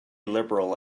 liberal